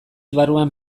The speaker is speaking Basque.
barruan